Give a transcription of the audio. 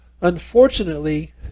Unfortunately